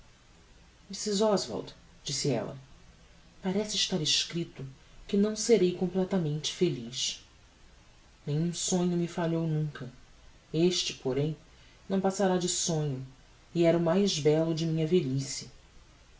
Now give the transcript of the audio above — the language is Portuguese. a ingleza mrs oswald disse ella parece estar escripto que não serei completamente feliz nenhum sonho me falhou nunca este porém não passará de sonho e era o mais bello de minha velhice